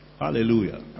Hallelujah